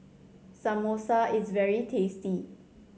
samosa is very tasty